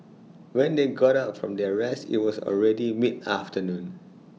when they woke up from their rest IT was already mid afternoon